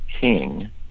king